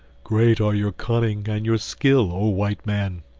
great are your cunning and your skill, oh white man,